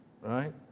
Right